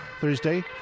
Thursday